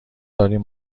داریم